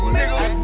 nigga